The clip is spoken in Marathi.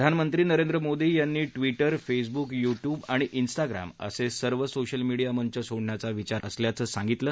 प्रधानमंत्री नरेंद्र मोदी यांनी ट्विटर फेसबुक युट्यूब आणि उस्टाग्राम असे सर्व सोशल मीडिया मंच सोडण्याचा विचार करत असल्याचं सांगितलं